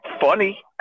funny